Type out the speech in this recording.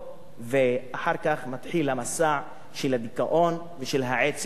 ואחר כך היה מתחיל המסע של הדיכאון ושל העצב אצלי.